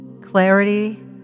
clarity